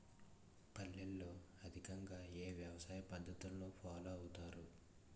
పల్లెల్లో అధికంగా ఏ వ్యవసాయ పద్ధతులను ఫాలో అవతారు?